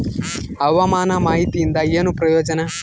ಹವಾಮಾನ ಮಾಹಿತಿಯಿಂದ ಏನು ಪ್ರಯೋಜನ?